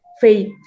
Faith